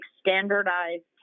standardized